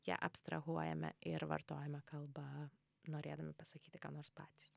ją abstrahuojame ir vartojame kalbą norėdami pasakyti ką nors patys